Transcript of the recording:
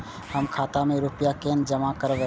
हम खाता में रूपया केना जमा करबे?